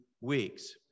weeks